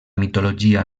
mitologia